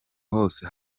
hose